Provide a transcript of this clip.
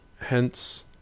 hence